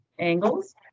angles